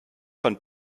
von